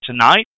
tonight